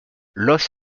los